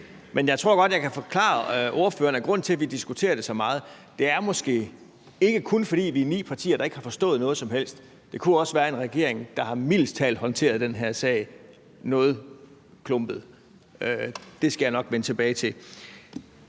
Men jeg tror godt, jeg kan forklare ordføreren, at grunden til, at vi diskuterer det så meget, måske ikke kun er, at vi er ni partier, der ikke har forstået noget som helst; det kunne også være en regering, der mildest talt har håndteret den her sag noget klumpet. Det skal jeg nok vende tilbage til.